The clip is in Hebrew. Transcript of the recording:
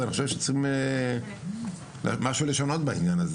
אז אני חושב שצריכים משהו לשנות בעניין הזה,